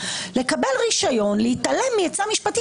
לקבל רישיון להתעלם מעצה משפטית.